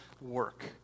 work